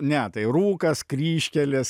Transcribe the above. ne tai rūkas kryžkelės